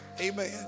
Amen